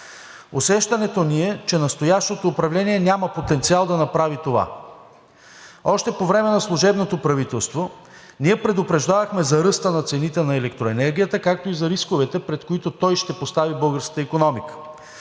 Усещането ни е, че настоящото управление няма потенциал да направи това. Още по време на служебното правителство ние предупреждавахме за ръста на цените на електроенергията, както и за рисковете, пред които той ще постави българската икономика.